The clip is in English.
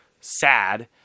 sad